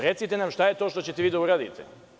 Recite nam, šta je to što ćete da uradite?